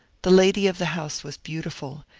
the lady of the house was beautiful,